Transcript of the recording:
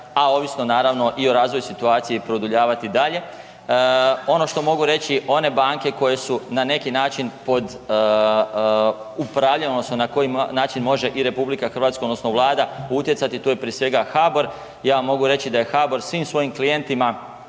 a ovisno naravno i o razvoju situacije i produljavati dalje. Ono što mogu reći, one banke koje su na neki način pod upravljanjem odnosno na koji način može i RH odnosno vlada utjecati, tu je prije svega HBOR, ja mogu reći da je HBOR svim svojim klijentima